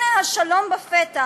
הנה השלום בפתח.